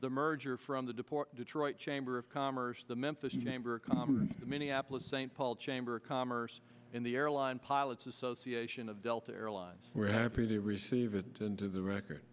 the merger from the deport detroit chamber of commerce the memphis name minneapolis st paul chamber of commerce in the airline pilots association of delta airlines were happy to receive it and to the record